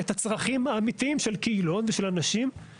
אתם צריכים לדאוג שלמתים יהיה איפה להיקבר.